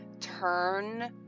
turn